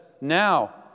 Now